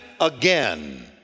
again